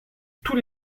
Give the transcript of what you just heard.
tous